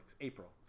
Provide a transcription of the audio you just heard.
April